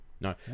No